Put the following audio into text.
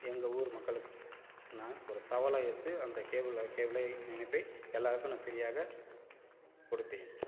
எங்கள் ஊர் மக்களுக்கு நான் ஒரு சவாலாக எடுத்து அந்த கேபிள் வேலை கேபிளை இணைப்பேன் எல்லாருக்கும் நான் ஃப்ரீயாக கொடுத்தேன்